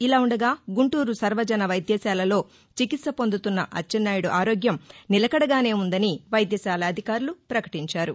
ఇలాఉండగా గుంటూరు సర్వజన వైద్యశాలలో చికిత్స పొందుతున్న అచ్చెన్నాయుడు ఆరోగ్యం నిలకడగానే ఉందని వైద్యశాల అధికారులు పకటించారు